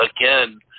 again